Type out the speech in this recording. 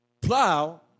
Plow